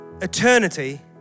eternity